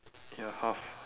ya half